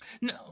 No